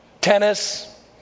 Tennis